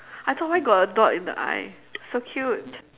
I thought why got a dot in the I so cute